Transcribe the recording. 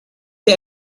der